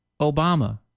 Obama